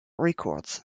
records